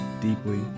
deeply